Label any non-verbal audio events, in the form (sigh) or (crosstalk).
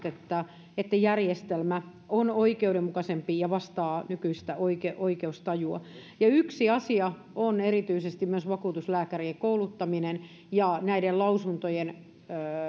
(unintelligible) että että järjestelmä on oikeudenmukaisempi ja vastaa nykyistä oikeustajua yksi asia on erityisesti myös vakuutuslääkärien kouluttaminen ja lausuntojen